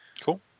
Cool